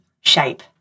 shape